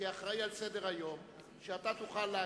כאחראי לסדר-היום, שאתה תוכל להגיש,